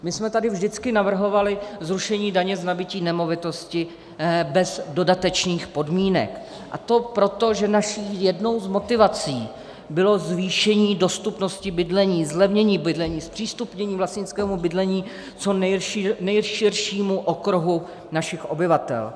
My jsme tady vždycky navrhovali zrušení daně z nabytí nemovitosti bez dodatečných podmínek, a to proto, že naší jednou z motivací bylo zvýšení dostupnosti bydlení, zlevnění bydlení, zpřístupnění vlastnického bydlení co nejširšímu okruhu našich obyvatel.